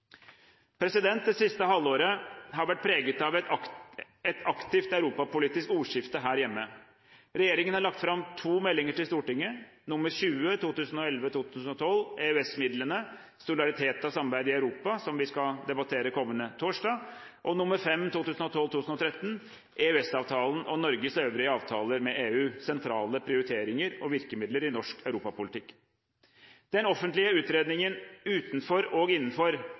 Det siste halvåret har vært preget av et aktivt europapolitisk ordskifte her hjemme. Regjeringen har lagt fram to meldinger til Stortinget: Meld. St. 20 for 2011–2012, EØS-midlene. Solidaritet og samarbeid i Europa, som vi skal debattere kommende torsdag, og Meld. St. 5 for 2012–2013, EØS-avtalen og Norges øvrige avtaler med EU. Sentrale prioriteringer og virkemidler i norsk europapolitikk. Den offentlige utredningen NOU 2012: 2, Utenfor og innenfor